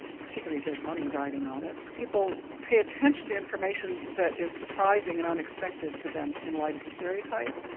particularly if there's money riding on it, people pay attention to information that is surprising and unexpected to them in light of the stereotype.